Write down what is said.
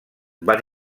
van